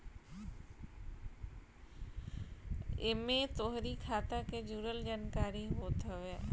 एमे तोहरी खाता के जुड़ल जानकारी होत हवे